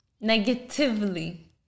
negatively